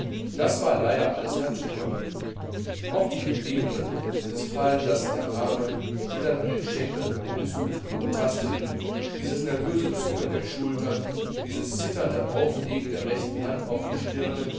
das war leider alles natur auch die bewegungen dieses fallenlassen der arme die dann an den schenkeln herumsuchten und tasteten dieses nervöse zucken der schultern dieses zitternde auflegen der rechten hand auf die stirne